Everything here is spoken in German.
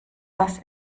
das